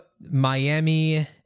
Miami